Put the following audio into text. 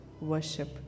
worship